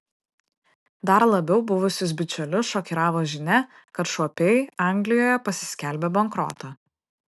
dar labiau buvusius bičiulius šokiravo žinia kad šuopiai anglijoje pasiskelbė bankrotą